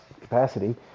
capacity